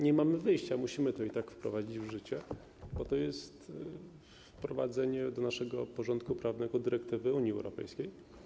Nie mamy wyjścia, musimy te regulacje i tak wprowadzić w życie, bo to jest wprowadzenie do naszego porządku prawnego dyrektywy Unii Europejskiej.